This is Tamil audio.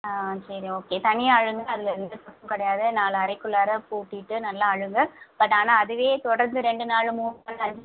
ஆ சரி ஓகே தனியாக அழுதால் அதில் எந்த பிரச்சனையும் கிடையாது நாலு அறைக்குள்ளாற பூட்டிவிட்டு நல்லா அழுங்க பட் ஆனால் அதுவே தொடர்ந்து ரெண்டு நாள் மூணு நாள்